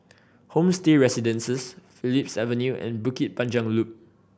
Homestay Residences Phillips Avenue and Bukit Panjang Loop